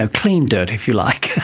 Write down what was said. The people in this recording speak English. ah clean dirt, if you like.